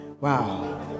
Wow